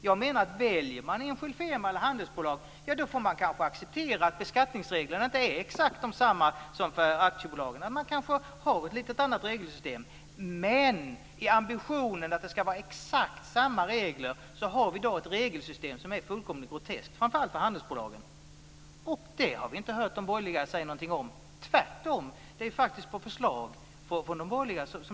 Jag menar att man, om man väljer enskild firma eller handelsbolag, kanske får acceptera att beskattningsreglerna inte är exakt desamma som för aktiebolag. Det är kanske ett något annorlunda regelsystem. Men i ambitionen att ha exakt samma regler har vi i dag ett regelsystem som är fullkomligt groteskt, framför allt för handelsbolagen. Vi har inte hört de borgerliga säga något om det. Tvärtom har detta faktiskt införts på förslag från de borgerliga.